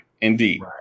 Indeed